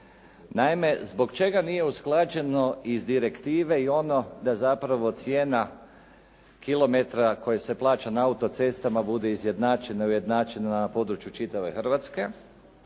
Naime zbog čega nije usklađeno iz direktive i ono da zapravo cijena kilometra koji se plaća na autocestama bude izjednačena, ujednačena na području čitave Hrvatske